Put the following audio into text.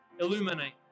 illuminate